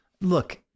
Look